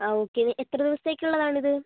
ആ ഓക്കെ എത്ര ദിവസത്തേക്കുള്ളതാണിത്